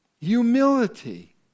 Humility